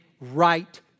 right